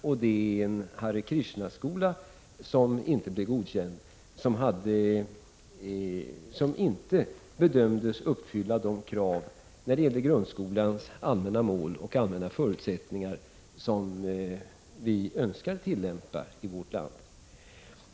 Det är en Hare Krishnaskola, som inte har blivit godkänd därför att den inte har bedömts uppfylla de krav när det gäller allmänna mål och förutsättningar som vi uppställer i vårt land.